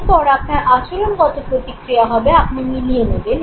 এরপর আপনার আচরণগত প্রতিক্রিয়া হবে আপনি মিলিয়ে নেবেন